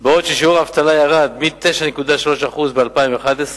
בעוד שיעור האבטלה ירד מ-9.3% ל-7.6%.